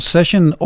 Session